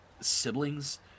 siblings